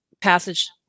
passage